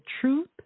truth